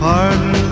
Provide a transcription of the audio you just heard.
Pardon